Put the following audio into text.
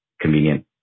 convenient